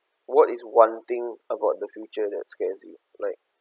what is one thing about the future that scares you like